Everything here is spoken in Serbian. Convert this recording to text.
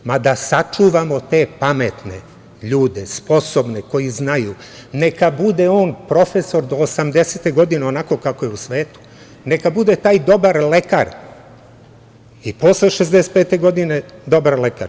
Treba da sačuvamo te pametne ljude, sposobne, koji znaju, neka bude on profesor do 80 godine onako kako je u svetu, neka bude taj dobar lekar i posle 65 godine dobar lekar.